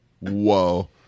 Whoa